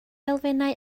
elfennau